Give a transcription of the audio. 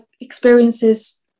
experiences